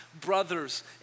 brothers